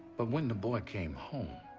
but when the boy came home,